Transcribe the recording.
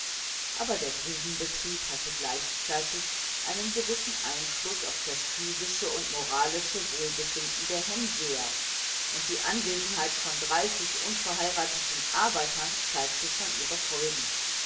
aber der grubenbetrieb hatte gleichzeitig einen gewissen einfluß auf das physische und moralische wohlbefinden der hemsöer und die anwesenheit von dreißig unverheirateten arbeitern zeigte schon ihre folgen